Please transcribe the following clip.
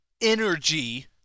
energy